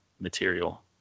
material